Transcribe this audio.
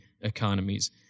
economies